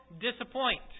disappoint